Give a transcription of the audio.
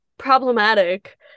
problematic